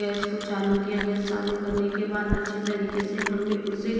gas चालू किया gas चालू करने के बाद अच्छी तरीके से हमने उसे